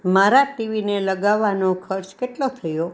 મારા ટીવીને લગાવવાનો ખર્ચ કેટલો થયો